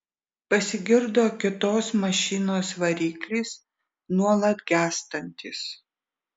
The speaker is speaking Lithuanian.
pasigirdo kitos mašinos variklis nuolat gęstantis